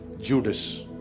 Judas